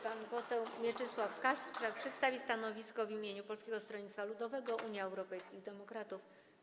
Pan poseł Mieczysław Kasprzak przedstawi stanowisko w imieniu Polskiego Stronnictwa Ludowego - Unii Europejskich Demokratów.